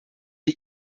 wir